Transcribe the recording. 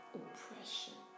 oppression